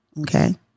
Okay